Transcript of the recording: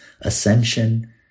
ascension